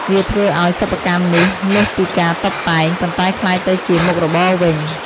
វាធ្វើឱ្យសិប្បកម្មនេះលើសពីការតុបតែង ប៉ុន្តែក្លាយទៅជាមុខរបរវិញ។